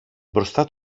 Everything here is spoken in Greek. μπροστά